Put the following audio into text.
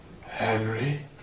Henry